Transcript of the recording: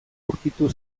aurkitu